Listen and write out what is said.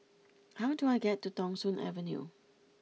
how do I get to Thong Soon Avenue